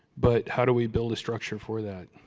but, how do we build a structure for that?